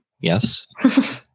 Yes